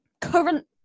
current